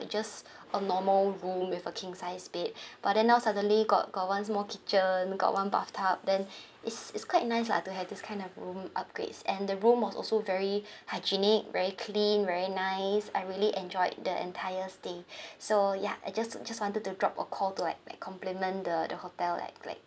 just a normal room with a king sized bed but then now suddenly got got one small kitchen got one bathtub then it's it's quite nice lah to have this kind of room upgrades and the room was also very hygienic very clean very nice I really enjoyed the entire stay so ya I just just wanted to drop a call like like compliment the the hotel like like